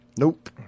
Nope